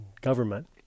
government